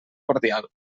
cordial